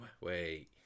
wait